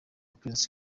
prince